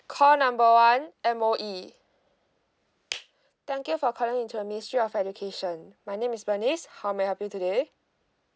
call number one M_O_E thank you for calling into the ministry of education my name is bernice how may I help you today